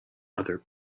other